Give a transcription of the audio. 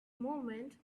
movement